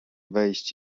wejść